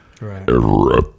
Right